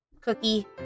cookie